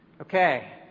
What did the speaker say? Okay